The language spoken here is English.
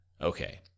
Okay